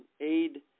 aid